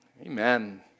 Amen